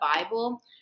Bible